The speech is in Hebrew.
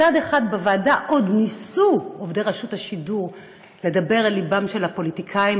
מצד אחד בוועדה עוד ניסו עובדי רשות השידור לדבר על לבם של הפוליטיקאים,